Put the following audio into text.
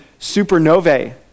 supernovae